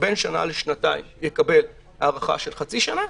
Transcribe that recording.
בין שנה לשנתיים יקבל הארכה של חצי שנה,